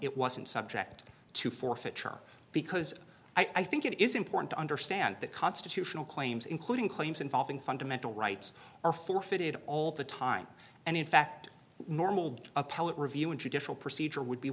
it wasn't subject to forfeiture because i think it is important to understand that constitutional claims including claims involving fundamental rights are forfeited all the time and in fact normal appellate review and traditional procedure would be